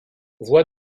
voix